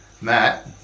Matt